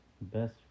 best